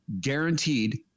guaranteed